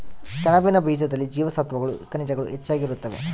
ಸೆಣಬಿನ ಬೀಜದಲ್ಲಿ ಜೀವಸತ್ವಗಳು ಖನಿಜಗಳು ಹೆಚ್ಚಾಗಿ ಇರುತ್ತವೆ